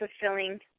fulfilling